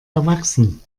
erwachsen